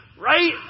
right